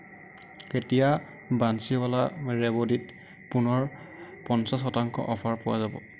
কেতিয়া বান্সীৱালা ৰেৱদিত পুনৰ পঞ্চাশ শতাংশ অফাৰ পোৱা যাব